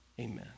Amen